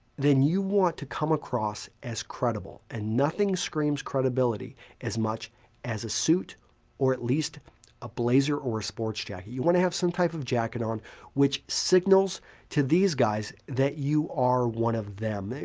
then you want to come across as credible and nothing screams credibility as much as a suit or at least a blazer or a sports jacket. you want to have some type of jacket on which signals to these guys that you are one of them.